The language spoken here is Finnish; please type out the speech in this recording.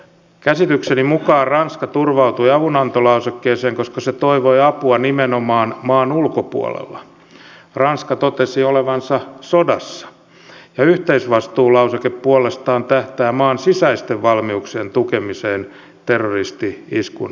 käsitykseni mukaan ranska turvautui avunantolausekkeeseen koska se toivoi apua nimenomaan maan ulkopuolella ranska totesi olevansa sodassa ja yhteisvastuulauseke puolestaan tähtää maan sisäisten valmiuksien tukemiseen terroristi iskun seurauksena